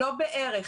לא בערך.